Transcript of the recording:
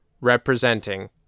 representing